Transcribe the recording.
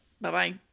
Bye-bye